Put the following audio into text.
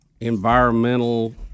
environmental